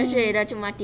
mm